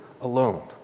alone